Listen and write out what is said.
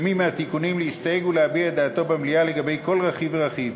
למי מהתיקונים להסתייג ולהביע את דעתו במליאה לגבי כל רכיב ורכיב.